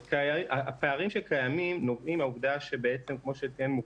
הפערים שקיימים נובעים מהעובדה שבעצם כמו שציין מוחמד,